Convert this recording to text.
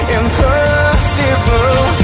impossible